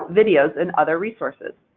videos, and other resources.